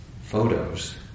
photos